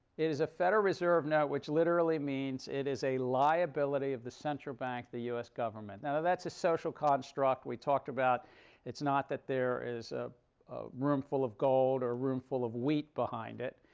it is a federal reserve note, which literally means it is a liability of the central bank the us government. now that's a social construct. we talked about it's not that there is a a room full of gold or a room full of wheat behind it.